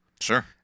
Sure